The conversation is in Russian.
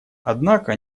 однако